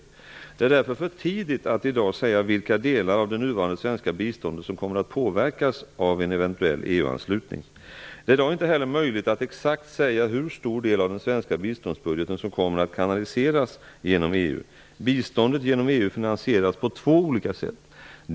Det är därför för tidigt att i dag säga vilka delar av det nuvarande svenska biståndet som kommer att påverkas av en eventuell Det är i dag inte heller möjligt att exakt säga hur stor del av den svenska biståndsbudgeten som kommer att kanaliseras genom EU. Biståndet genom EU finansieras på två olika sätt.